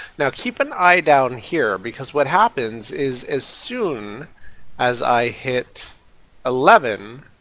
now keep an eye down here because what happens is as soon as i hit eleven,